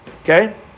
Okay